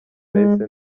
nahise